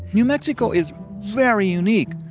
new mexico is very unique.